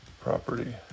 Property